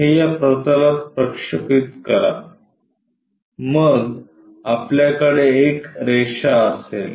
हे या प्रतलात प्रक्षेपित करा मग आपल्याकडे एक रेषा असेल